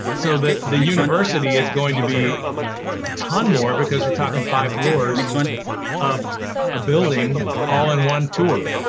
so the the university is going to be a ton more because you're talking five floors of a building all in one tour.